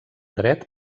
dret